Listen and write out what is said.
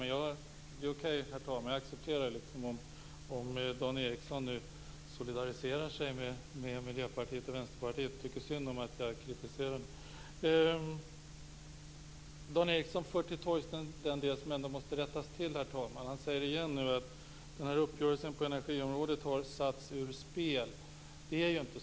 Men, herr talman, jag accepterar om Dan Ericsson nu solidariserar sig med Miljöpartiet och Vänsterpartiet och tycker att det är synd att jag framför kritik. Dan Ericsson för till torgs en del där det ändå måste rättas till. Återigen säger han nu att uppgörelsen på energiområdet har satts ur spel. Så är det inte.